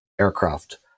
aircraft